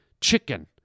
chicken